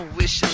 wish